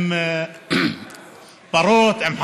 עם פרות, עם חמורים.